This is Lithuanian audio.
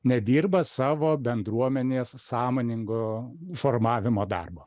nedirba savo bendruomenės sąmoningo formavimo darbo